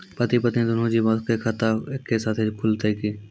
पति पत्नी दुनहु जीबो के खाता एक्के साथै खुलते की?